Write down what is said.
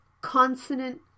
consonant